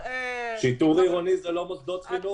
שיטור עירוני זה לא מוסדות חינוך.